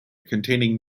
containing